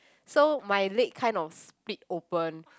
so my leg kind of split open